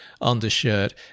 undershirt